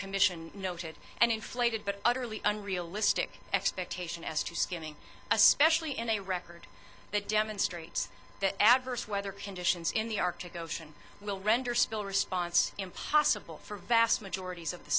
commission noted and inflated but utterly unrealistic expectation as to skimming especially in a record that demonstrates that adverse weather conditions in the arctic ocean will render spill response impossible for a vast majority of the